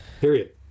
Period